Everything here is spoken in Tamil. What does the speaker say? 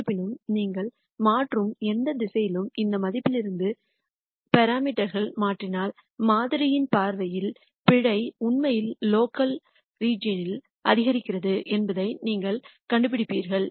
இருப்பினும் நீங்கள் மாற்றும் எந்த திசையிலும் இந்த மதிப்பிலிருந்து அளவுருக்களை மாற்றினால் மாதிரியின் பார்வையில் பிழை உண்மையில் லோக்கல் பிராந்தியத்தில் அதிகரிக்கிறது என்பதை நீங்கள் கண்டுபிடிப்பீர்கள்